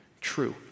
true